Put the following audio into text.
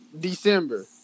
December